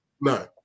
No